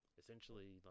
essentially